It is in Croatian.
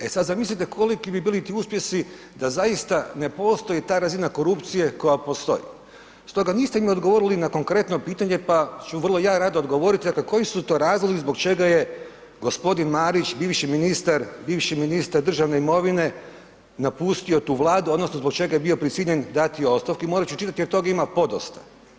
E sad zamislite koliki bi bili ti uspjesi da zaista ne postoji ta razina korupcije koja postoji stoga niste mi odgovorili na konkretno pitanje pa ću ja vrlo rado odgovoriti, dakle koji si to razlozi zbog čega je g. Marić, bivši ministar državne imovine napustio tu Vladu odnosno zbog čega je bio prisiljen dati ostavku i morat ću čitati jer tog ima podosta.